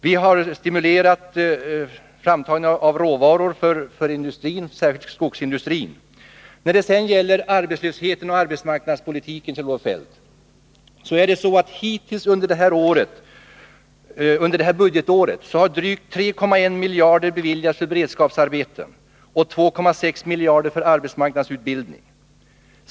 Vi har stimulerat framtagningen av råvaror för industrin, särskilt skogsindustrin. Då det sedan gäller arbetslösheten och arbetsmarknadspolitiken är det så, Kjell-Olof Feldt, att hittills under det här budgetåret har drygt 3,1 miljarder beviljats till beredskapsarbeten och 2,6 miljarder för arbetsmarknadsutbildning.